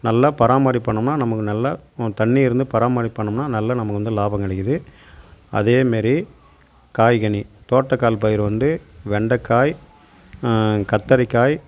நல்லா பராமரிப்பு பண்ணிணோம்னா நமக்கு நல்லா தண்ணி இருந்து பராமரிப்பு பண்ணிணோம்னா நல்லா நமக்கு வந்து லாபம் கிடைக்கிது அதே மாரி காய்கனி தோட்டக்கால் பயிறு வந்து வெண்டைக்காய் கத்தரிக்காய்